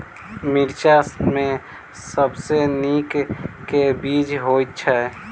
मिर्चा मे सबसँ नीक केँ बीज होइत छै?